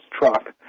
truck